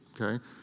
Okay